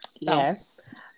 Yes